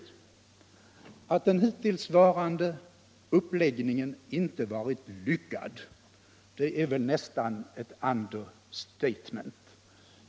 Att säga att den hittillsvarande uppläggningen inte har varit lyckad är väl närmast ett understatement.